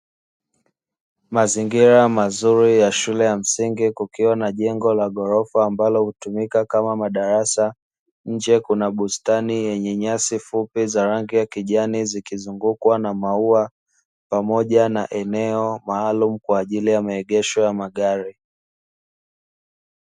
Mazingira mazuri ya shule ya msingi kukiwa na jengo la ghorofa ambalo hutumika kama madarasa, nje kuna bustani yenye nyasi fupi za rangi ya kijani, zikizungukwa na maua pamoja na eneo maalumu kwa ajili ya maegesho ya magari.